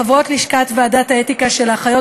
חברות לשכת ועדת האתיקה של האחיות,